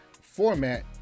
format